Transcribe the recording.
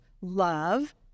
love